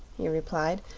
he replied.